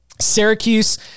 Syracuse